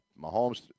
Mahomes